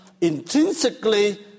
intrinsically